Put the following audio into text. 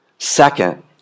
Second